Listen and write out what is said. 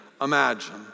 imagine